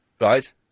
Right